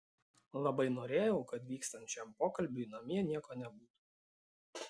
labai norėjau kad vykstant šiam pokalbiui namie nieko nebūtų